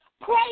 Pray